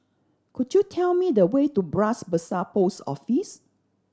could you tell me the way to Bras Basah Post Office